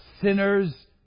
sinners